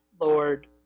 lord